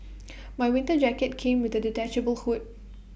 my winter jacket came with A detachable hood